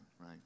right